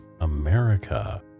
America